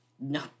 No